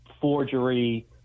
forgery